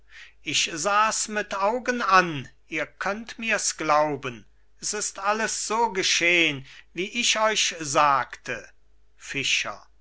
ich sah's mit augen an ihr könnt mir's glauben s ist alles so geschehn wie ich euch sagte fischer